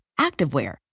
activewear